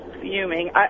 fuming